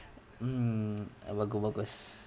mm bagus bagus